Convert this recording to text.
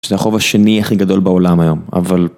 שזה החוב השני הכי גדול בעולם היום, אבל...